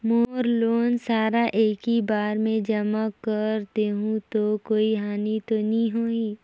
मोर loan सारा एकी बार मे जमा कर देहु तो कोई हानि तो नी होही?